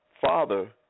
father